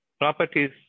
properties